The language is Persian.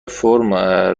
فرم